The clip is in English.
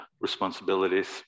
responsibilities